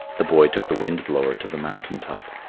the boy took the wind-blower to the mountain top.